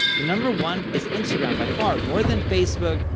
the number one is instagram by far, more than facebook,